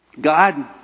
God